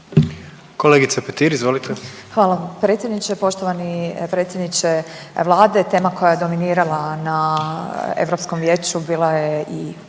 (Nezavisni)** Hvala vam predsjedniče. Poštovani predsjedniče Vlade, tema koja je dominirala na Europskom vijeću bila je i